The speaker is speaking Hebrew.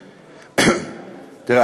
תראה,